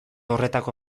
horretako